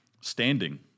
standing